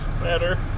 better